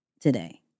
today